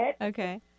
Okay